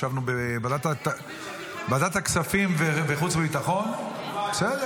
ישבנו בוועדת הכספים והחוץ והביטחון ------ בסדר,